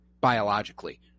biologically